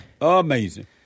amazing